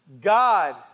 God